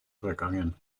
vergangen